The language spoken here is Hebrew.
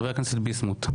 חבר הכנסת ביסמוט.